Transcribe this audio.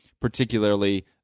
particularly